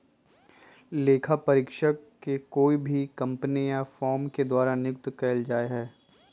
लेखा परीक्षक के कोई भी कम्पनी या फर्म के द्वारा नियुक्त कइल जा हई